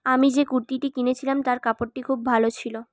আমি যেই কুর্তিটি কিনেছিলাম তার কাপড়টি খুব ভালো ছিল